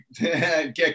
get